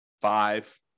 five